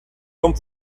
com